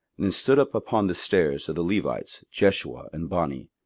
then stood up upon the stairs, of the levites, jeshua, and bani,